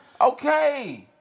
Okay